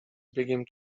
biegiem